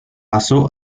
pasó